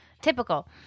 Typical